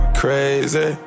crazy